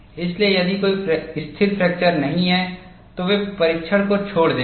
इसलिए यदि कोई स्थिर फ्रैक्चर नहीं है तो वे परीक्षण को छोड़ देंगे